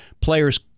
players